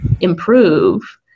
improve